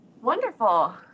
Wonderful